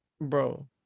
Bro